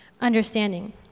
understanding